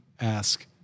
Ask